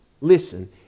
listen